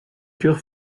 cœurs